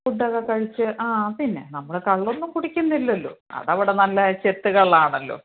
ഫുഡൊക്കെ കഴിച്ച് ആ പിന്നെ നമ്മൾ കള്ളൊന്നും കുടിക്കുന്നില്ലല്ലോ അതവിടെ നല്ല ചെത്ത് കള്ളാണല്ലോ